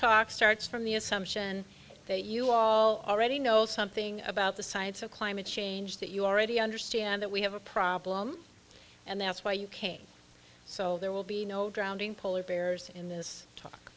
talk starts from the assumption that you all already know something about the science of climate change that you already understand that we have a problem and that's why you can't so there will be no grounding polar bears in this talk